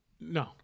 No